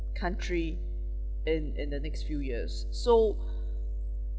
country in in the next few years so